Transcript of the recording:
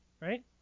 right